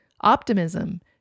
optimism